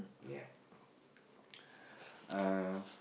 yup uh